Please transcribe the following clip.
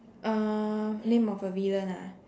uh name of a villain ah